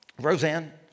Roseanne